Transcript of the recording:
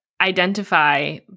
identify